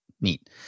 Neat